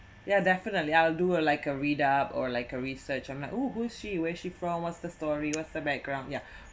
yeah definitely I'll do uh like a read up or like a research I'm like oh who is she where she from what's the story what's the background yeah